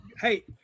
Hey